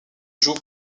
joue